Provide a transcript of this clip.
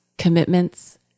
commitments